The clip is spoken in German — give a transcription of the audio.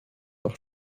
auch